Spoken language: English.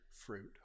fruit